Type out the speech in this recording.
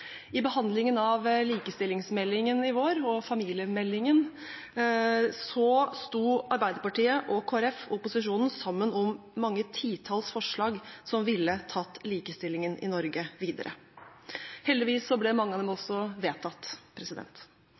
Ved behandlingen av likestillingsmeldingen og familiemeldingen i vår sto Arbeiderpartiet og Kristelig Folkeparti og opposisjonen sammen om mange titalls forslag som ville tatt likestillingen i Norge videre. Heldigvis ble mange av dem også vedtatt.